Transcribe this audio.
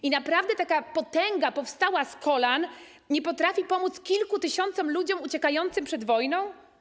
I naprawdę taka potęga powstała z kolan nie potrafi pomóc kilku tysiącom ludzi uciekających przed wojną?